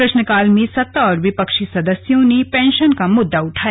प्रश्नकाल में सत्ता और विपक्षी सदस्यों ने पेंशन का मुददा उठाया